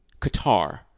Qatar